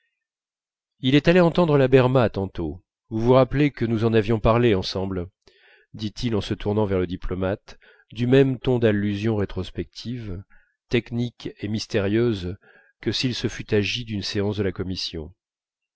il est allé entendre la berma tantôt vous vous rappelez que nous en avions parlé ensemble dit-il en se tournant vers le diplomate du même ton d'allusion rétrospective technique et mystérieuse que s'il se fût agi d'une séance de la commission